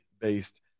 based